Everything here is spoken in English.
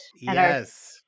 Yes